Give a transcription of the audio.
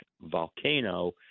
volcano